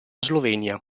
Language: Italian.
slovenia